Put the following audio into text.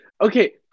Okay